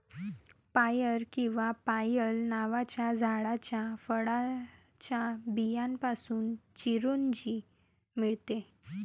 पायर किंवा पायल नावाच्या झाडाच्या फळाच्या बियांपासून चिरोंजी मिळतात